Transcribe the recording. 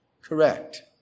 Correct